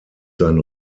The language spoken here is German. sein